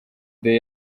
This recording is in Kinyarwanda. the